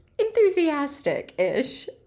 enthusiastic-ish